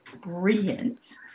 brilliant